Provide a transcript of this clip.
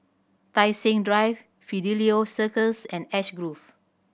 Tai Seng Drive Fidelio Circus and Ash Grove